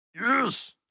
yes